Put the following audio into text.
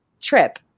trip